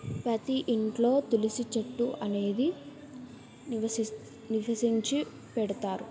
ప్రతి ఇంట్లో తులసి చెట్టు అనేది నివసించి పెడతారు